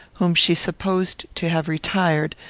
whom she supposed to have retired,